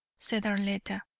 said arletta,